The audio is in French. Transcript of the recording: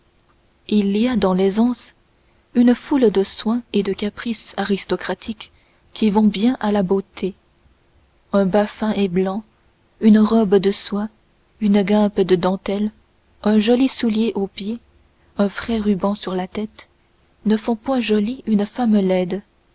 il y a dans l'aisance une foule de soins et de caprices aristocratiques qui vont bien à la beauté un bas fin et blanc une robe de soie une guimpe de dentelle un joli soulier au pied un frais ruban sur la tête ne font point jolie une femme laide